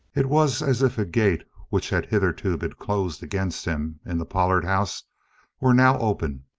it was as if a gate which had hitherto been closed against him in the pollard house were now opened.